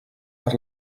per